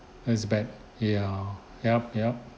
that's bad ya yup yup